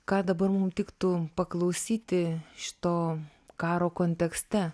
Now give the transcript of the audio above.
ką dabar mum tiktų paklausyti šito karo kontekste